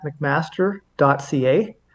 mcmaster.ca